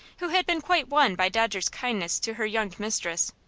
who had been quite won by dodger's kindness to her young mistress.